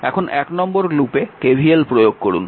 এখন 1 নম্বর লুপে KVL প্রয়োগ করুন